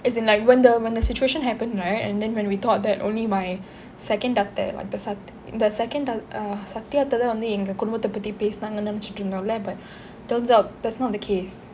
as in like when the when the situation happen right and then when we thought that only my second அத்தை:atthai the second uh Sathya அத்தை தான் எங்க குடும்பத்தே பத்தி பேசுனாங்கன்னு நினைச்சுட்டு இருந்தோமில்லே:satthya atthai thaan enga kudumbatthe patthi pesunaangannu nenaichuttu irunthomille turns out that's not the case